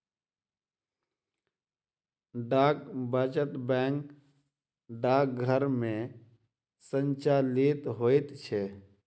डाक वचत बैंक डाकघर मे संचालित होइत छै